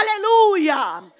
Hallelujah